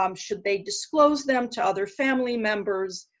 um should they disclose them to other family members?